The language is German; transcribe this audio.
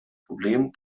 problem